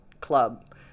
club